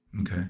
Okay